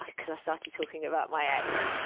i started talking about my ex.